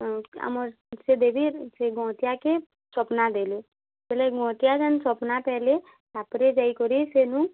ଆମର୍ ସେ ଦେବୀ ସେ ଗଅଁତିଆକେ ସ୍ୱପ୍ନା ଦେଲେ ବେଲେ ଗଅଁତିଆକେ ଯେନ୍ ସ୍ୱପ୍ନା ଦେଲେ ତା' ପରେ ଯାଇକରି ସେନୁ